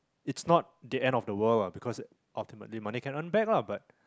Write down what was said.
it's not the end of the world what because ultimately money can earn back lah but